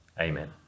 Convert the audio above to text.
Amen